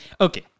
Okay